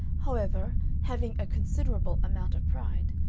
however having a considerable amount of pride,